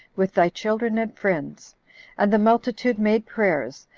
with thy children and friends and the multitude made prayers,